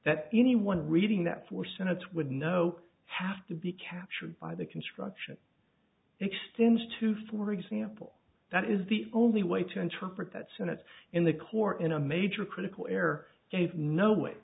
that anyone reading that for senate would know have to be captured by the construction extends to for example that is the only way to interpret that senate in the court in a major critical error gave no way